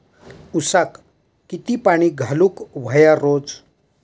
ऊसाक किती पाणी घालूक व्हया रोज?